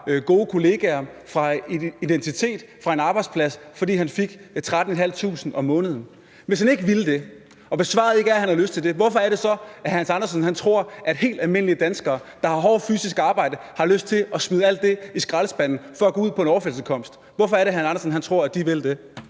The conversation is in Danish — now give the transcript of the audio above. gode kollegaer, fra en identitet, fra en arbejdsplads – fordi han fik 13.500 kr. om måneden? Hvis han ikke ville det, og hvis svaret ikke er, at han har lyst til det, hvorfor er det så, at hr. Hans Andersen tror, at helt almindelige danskere, der har hårdt fysisk arbejde, har lyst til at smide alt det i skraldespanden for at gå ud på en overførselsindkomst? Hvorfor er det, at hr. Hans Andersen tror, at de vil det?